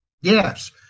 Yes